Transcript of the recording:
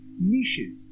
niches